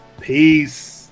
Peace